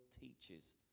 teaches